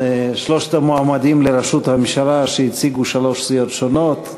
שלושת המועמדים לראשות הממשלה שהציגו שלוש סיעות שונות.